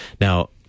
Now